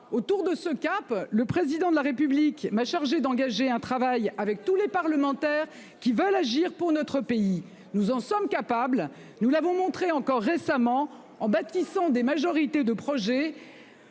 Ce cap fixé, le Président de la République m'a chargée d'engager un travail avec tous les parlementaires qui veulent agir pour notre pays. Nous en sommes capables, nous l'avons montré encore récemment en bâtissant des majorités de projet,